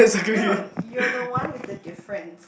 no you're the one with the difference